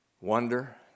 Wonder